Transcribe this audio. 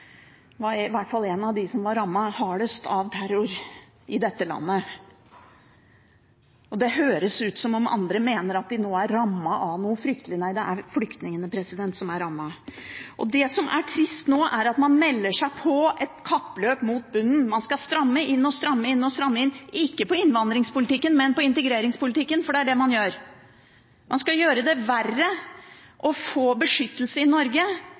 om andre mener at vi nå er rammet av noe fryktelig. Men det er flyktningene som er rammet. Det som er trist nå, er at man melder seg på et kappløp mot bunnen. Man skal stramme inn og stramme inn og stramme inn – ikke i innvandringspolitikken, men i integreringspolitikken, for det er det man gjør. Man skal gjøre det verre å få beskyttelse i Norge.